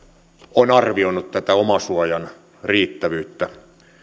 on arvioinut tätä omasuojan riittävyyttä